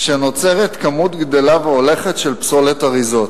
שנוצרת כמות גדֵלה והולכת של פסולת אריזות.